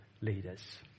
leaders